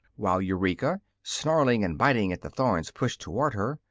while eureka, snarling and biting at the thorns pushed toward her,